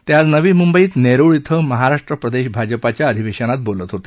ते आज नवी मुंबईत नेरूळ इथं महाराष्ट्र प्रदेश भाजपाच्या अधिवेशनात बोलत होते